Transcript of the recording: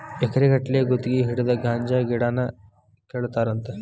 ಎಕರೆ ಗಟ್ಟಲೆ ಗುತಗಿ ಹಿಡದ ಗಾಂಜಾ ಗಿಡಾನ ಕೇಳತಾರಂತ